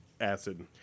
acid